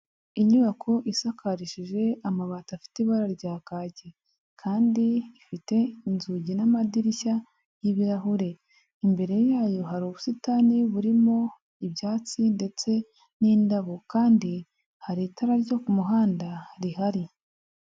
Inyubako isakarishije amabati afite ibara rya kaki kandi ifite inzugi n'amadirishya y'ibirahure, imbere yayo hari ubusitani burimo ibyatsi ndetse n'indabo, kandi hari itara ryo ku muhanda rihari.